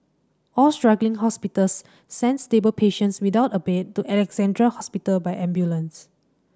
all struggling hospitals sent stable patients without a bed to Alexandra Hospital by ambulance